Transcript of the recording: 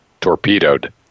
torpedoed